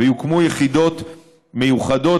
ויוקמו יחידות מיוחדות,